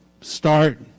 start